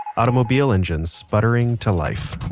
automobile engines sputtering to life